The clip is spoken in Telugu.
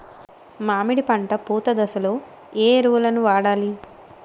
మామిడి పంట పూత దశలో ఏ ఎరువులను వాడాలి?